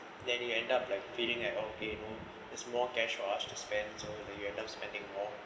then you end up like feeling like okay now it's more cash for us to spend the you end up spending more